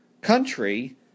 country